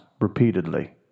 repeatedly